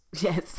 Yes